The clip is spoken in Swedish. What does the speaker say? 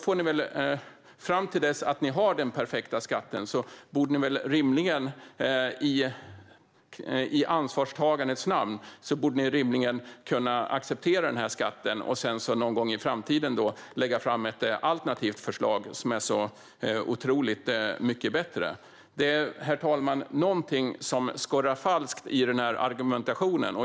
Fram till dess att ni har den perfekta skatten borde ni väl rimligen i ansvarstagandets namn kunna acceptera den skatt som nu gäller? Någon gång i framtiden kan ni ju lägga fram ett alternativt förslag som är bättre. Det är något som skorrar falskt i Lars Tysklinds argumentation.